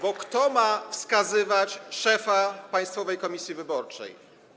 Bo kto ma wskazywać szefa Państwowej Komisji Wyborczej?